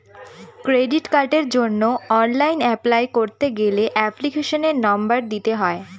credit কার্ডের জন্য online apply করতে গেলে এপ্লিকেশনের নম্বর দিতে হয়